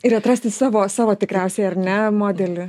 ir atrasti savo savo tikriausia ar ne modelį